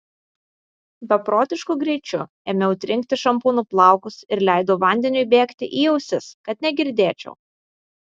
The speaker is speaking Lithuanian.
beprotišku greičiu ėmiau trinkti šampūnu plaukus ir leidau vandeniui bėgti į ausis kad negirdėčiau